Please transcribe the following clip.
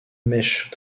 mèches